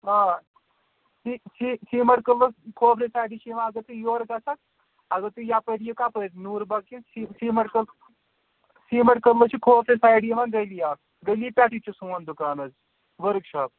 آ سی سی سیمٹ کدلَس چھ یوان اگر ژٕ یورٕ گَژھَکھ اگر تُہۍ یَپٲرۍ یِیِو کَپٲرۍ نور باغ کن سی سیمٹ کدل سیمٹ کدلس چھِ کھوفرٕ سایڈٕ یِوان گلی اکھ گلی پیٚٹھے چھُ سون دُکان حظ ؤرک شاپ